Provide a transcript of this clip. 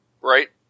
Right